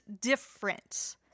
different